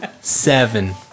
seven